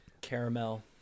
Caramel